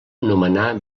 nomenar